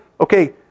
Okay